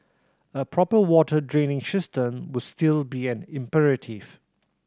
a proper water drainage system would still be an imperative